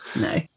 No